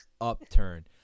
upturn